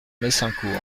messincourt